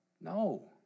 No